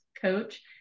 Coach